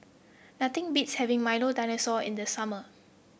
nothing beats having Milo Dinosaur in the summer